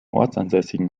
ortsansässigen